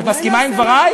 את מסכימה עם דברי?